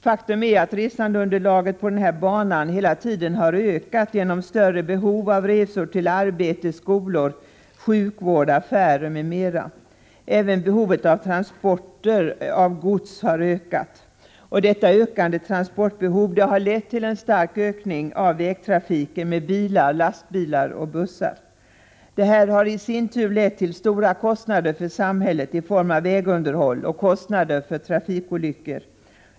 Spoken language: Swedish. Faktum är att resandeunderlaget på banan hela tiden ökat genom större behov av resor till arbete, skolor, sjukhus, affärer m.m. Även behovet av att transportera gods har ökat. Detta ökande transportbehov har lett till en stark ökning av vägtrafiken med bilar, lastbilar och bussar. Detta har i sin tur lett till stora kostnader för samhället i form av vägunderhåll och kostnader för trafikolyckor.